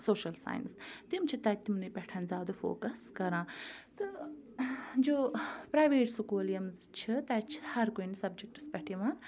social science تِم چھِ تَتہِ تِمنٕے پٮ۪ٹھ زیادٕ فوکَس کَران تہٕ جو پرٛایویٹ سکوٗل یِم چھِ تَتہِ چھِ ہرکُنہِ سَبجَکٹَس پٮ۪ٹھ یِوان